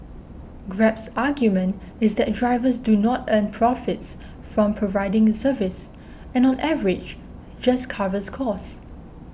Grab's argument is that drivers do not earn profits from providing the service and on average just covers costs